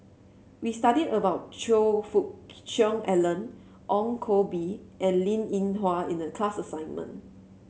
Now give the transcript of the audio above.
we study about Choe Fook Cheong Alan Ong Koh Bee and Linn In Hua in the class assignment